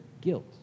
guilt